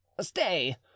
stay